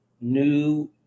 new